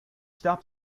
stop